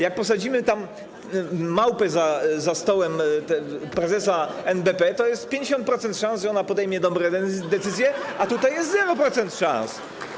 Jak posadzimy małpę za stołem prezesa NBP, to jest 50% szansy, że podejmie ona dobre decyzje, a tutaj jest 0% szans.